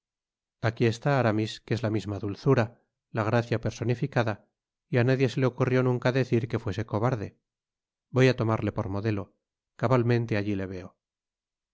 aquí está aramis que es la misma dulzura la gracia personificada y á nadie se le ocurrió nunca decir que fuese cobarde voy á tomarle por modelo cabalmente allí le veo